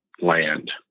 land